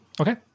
Okay